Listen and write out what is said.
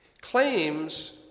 claims